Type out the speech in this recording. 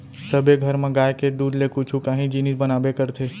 सबे घर म गाय के दूद ले कुछु काही जिनिस बनाबे करथे